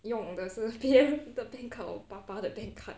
用的是别人的我爸爸的 bank card